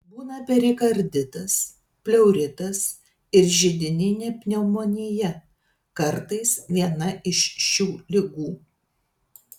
būna perikarditas pleuritas ir židininė pneumonija kartais viena iš šių ligų